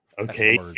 Okay